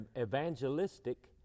evangelistic